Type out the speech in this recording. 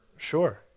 Sure